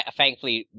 thankfully